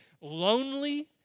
lonely